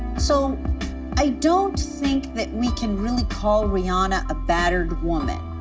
so i don't think that we can really call rihanna a battered woman.